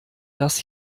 das